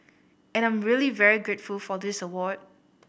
and I'm really very grateful for this award